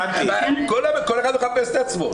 כל אחד מחפש את עצמו.